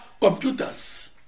computers